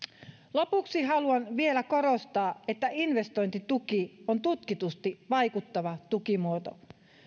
lopuksi haluan vielä korostaa että investointituki on tutkitusti vaikuttava tukimuoto